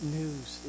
news